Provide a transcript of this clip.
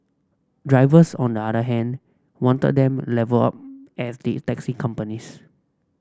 drivers on the other hand wanted them levelled up as did taxi companies